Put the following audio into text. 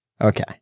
Okay